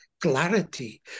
clarity